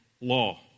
law